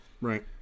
Right